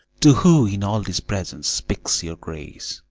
to who in all this presence speaks your grace?